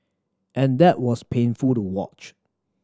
and that was painful to watch